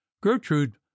gertrude